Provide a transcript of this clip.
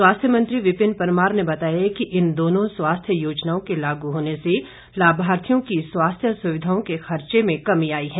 स्वास्थ्य मंत्री विपिन परमार ने बताया कि इन दोनों स्वास्थ्य योजनाओं के लागू होने से लाभार्थियों की स्वास्थ्य सुविधाओं के खर्चे में कमी आई है